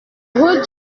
rue